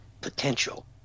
potential